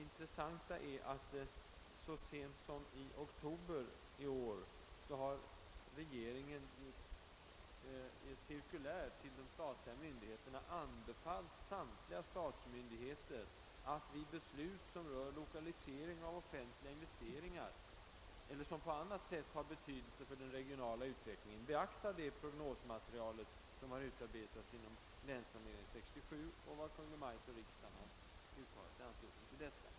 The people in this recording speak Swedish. Intressant är att regeringen så sent som i höst i ett cirkulär till de statliga myndigheterna har anbefallt >samtliga statsmyndigheter att vid beslut som rör lokalisering av offentliga investeringar eller som på annat sätt har betydelse för den regionala utvecklingen, beakta det prognosmaterial ——— som har utarbetats inom Länsplanering 67 samt vad Kungl. Maj:t och riksdagen i anslutning därtill uttalat».